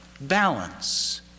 balance